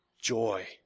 joy